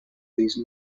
these